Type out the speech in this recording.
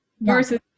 versus